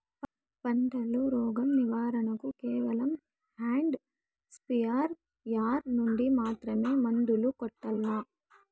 పంట లో, రోగం నివారణ కు కేవలం హ్యాండ్ స్ప్రేయార్ యార్ నుండి మాత్రమే మందులు కొట్టల్లా?